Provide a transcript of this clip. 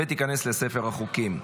ותיכנס לספר החוקים.